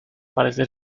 parecer